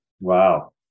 Wow